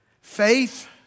Faith